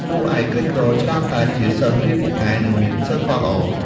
តួឯក ក្រីក្រច្រើនតែជាសិស្សរៀនពូកែ និងមានសីលធម៌ល្អ។